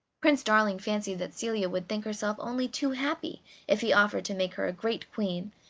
prince darling fancied that celia would think herself only too happy if he offered to make her a great queen,